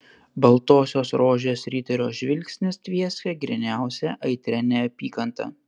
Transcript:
baltosios rožės riterio žvilgsnis tvieskė gryniausia aitria neapykanta